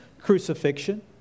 crucifixion